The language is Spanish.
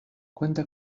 cuenta